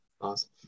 awesome